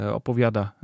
opowiada